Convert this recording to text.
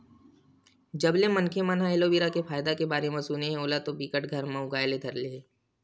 जब ले मनखे मन ह एलोवेरा के फायदा के बारे म सुने हे ओला तो बिकट घर म उगाय ले धर ले हे